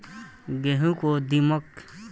गेहूँ को दिमक किट से कइसे बचावल जाला?